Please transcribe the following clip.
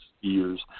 years